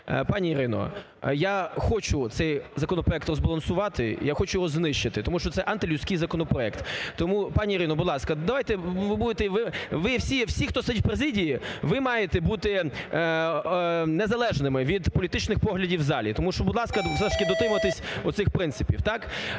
Пані Ірино, я хочу цей законопроект розбалансувати, я хочу його знищити, тому що це антилюдський законопроект. Тому, пані Ірино, будь ласка, давайте, ви будете, ви всі, хто сидить в президії, ви маєте бути незалежними від політичних поглядів в залі, тому що, будь ласка, все ж таки дотримуйтесь оцих принципів. Так?